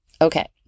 Okay